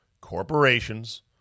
corporations